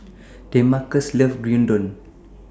Demarcus loves Gyudon